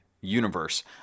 universe